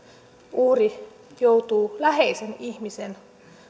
uhri joutuu läheisen ihmisen